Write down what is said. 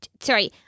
Sorry